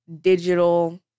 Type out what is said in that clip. digital